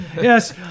yes